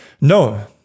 No